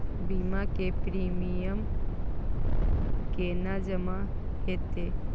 बीमा के प्रीमियम केना जमा हेते?